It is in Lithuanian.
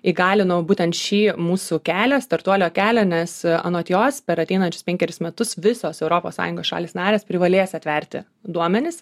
įgalino būtent šį mūsų kelią startuolio kelią nes anot jos per ateinančius penkerius metus visos europos sąjungos šalys narės privalės atverti duomenis